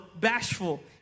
bashful